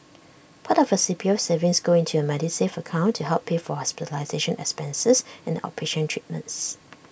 part of your C P U savings go into your Medisave account to help pay for hospitalization expenses and outpatient treatments